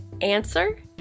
answer